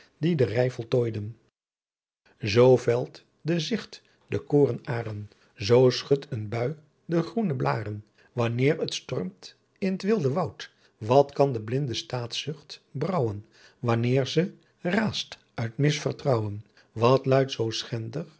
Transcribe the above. die den rei voltooiden zoo velt de zicht de koren airen zoo schud een buy de groene blaëren wanneer het stormt in t wilde wout wat kan de blinde staetzucht brouwen wanneerze raest uit misvertrouwen wat luit zoo schendigh